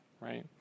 right